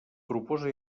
proposa